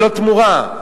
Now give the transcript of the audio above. ללא תמורה.